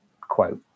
quote